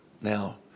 Now